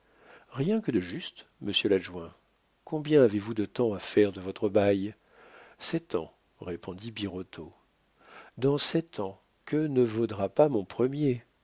rien que de juste monsieur l'adjoint combien avez-vous de temps à faire de votre bail sept ans répondit birotteau dans sept ans que ne vaudra pas mon premier